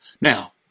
Now